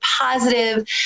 positive